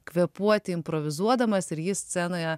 kvėpuoti improvizuodamas ir jis scenoje